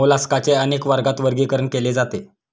मोलास्काचे अनेक वर्गात वर्गीकरण केले जाते